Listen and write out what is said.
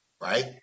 right